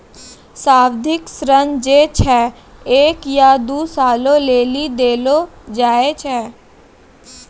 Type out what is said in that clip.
सावधि ऋण जे छै एक या दु सालो लेली देलो जाय छै